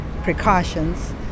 precautions